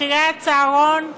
מחירי הצהרון,